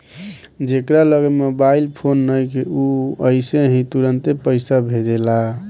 जेकरा लगे mobile phone नइखे उ अइसे ही तुरंते पईसा भेजेला